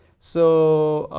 so,